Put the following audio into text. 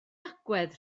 agwedd